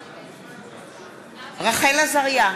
הראויה,